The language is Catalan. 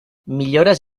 millores